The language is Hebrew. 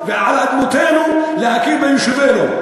להכיר בנו ועל אדמותינו, להכיר ביישובינו.